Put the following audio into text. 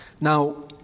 Now